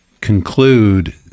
conclude